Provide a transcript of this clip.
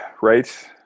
right